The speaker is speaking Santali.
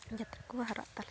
ᱡᱟᱛᱮ ᱠᱚ ᱦᱟᱨᱟᱜ ᱛᱟᱞᱮ